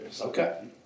Okay